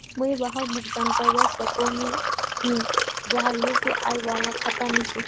मुई वहाक भुगतान करवा सकोहो ही जहार यु.पी.आई वाला खाता नी छे?